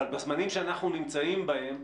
אבל בזמנים שאנחנו נמצאים בהם,